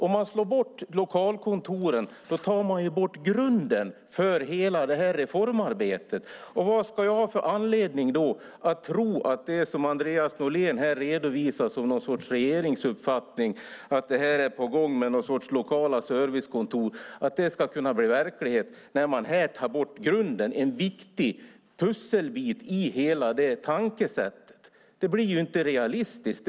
Om man tar bort lokalkontoren tar man bort grunden för hela reformarbetet. Vad har jag för anledning att tro att det som Andreas Norlén redovisar som någon sorts regeringsuppfattning ska bli verklighet, att det ska finnas lokala servicekontor, när man tar bort grunden som är en viktig pusselbit i hela tänkesättet? Det är ju inte realistiskt.